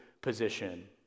position